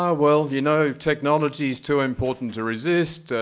ah well, you know, technology's too important to resist,